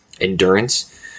endurance